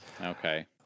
Okay